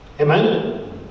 Amen